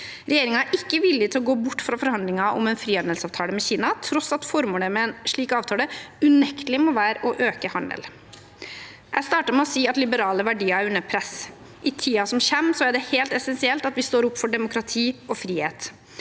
Regjeringen er ikke villig til å gå bort fra forhandlinger om en frihandelsavtale med Kina, til tross for at formålet med en slik avtale unektelig må være å øke handelen. Jeg startet med å si at liberale verdier er under press. I tiden som kommer, er det helt essensielt at vi står opp for demokrati og frihet.